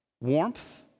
warmth